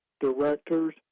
directors